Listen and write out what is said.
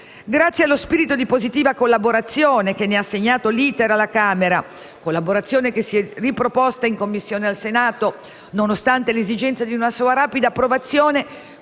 Grazie allo spirito di positiva collaborazione che ne ha segnato l'*iter* alla Camera - collaborazione che si è riproposta in Commissione qui al Senato, nonostante l'esigenza di una sua rapida approvazione